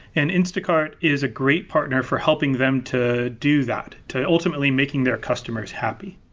and instacart is a great partner for helping them to do that, to ultimately making their customers happy.